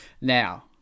Now